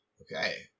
Okay